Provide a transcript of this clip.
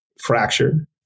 fractured